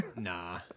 Nah